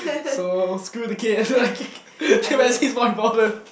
so screw the kid chimpanzee is more important